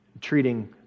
Treating